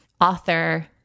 author